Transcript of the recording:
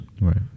Right